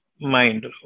mind